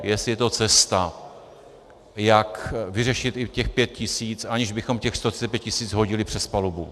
Jestli je to cesta, jak vyřešit i těch 5 tisíc, aniž bychom těch 135 tisíc hodili přes palubu.